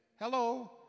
hello